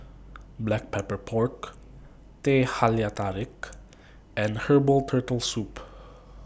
Black Pepper Pork Teh Halia Tarik and Herbal Turtle Soup